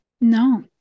no